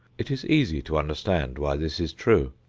it is easy to understand why this is true.